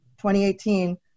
2018